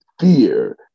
fear